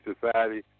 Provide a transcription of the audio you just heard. society